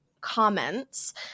comments